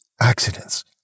accidents